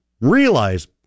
realize